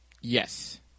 Yes